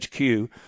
HQ